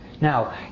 Now